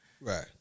Right